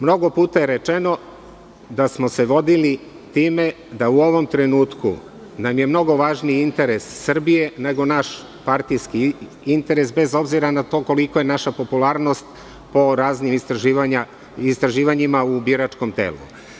Mnogo puta je rečeno da smo se vodili time da u ovom trenutku nam je mnogo važniji interes Srbije, nego naš partijski interes bez obzira na to koliko je naša popularnost po raznim istraživanjima u biračkom telu.